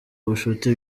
bucuti